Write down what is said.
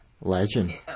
Legend